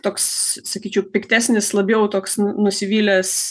toks sakyčiau piktesnis labiau toks nusivylęs